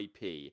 IP